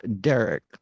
Derek